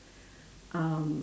um